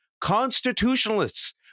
constitutionalists